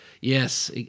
Yes